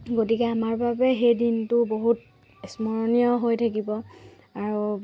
গতিকে আমাৰ বাবে সেই দিনটো বহুত স্মৰণীয় হৈ থাকিব আৰু